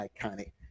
iconic